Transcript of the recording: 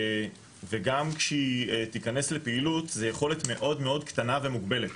וגם כשהיא תכנס לפעילות זו יכולת מאוד מאוד קטנה ומוגבלת.